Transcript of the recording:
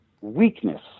weakness